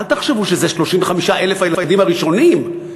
אל תחשבו שזה 35,000 הילדים הראשונים,